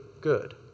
good